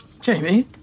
Jamie